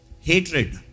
hatred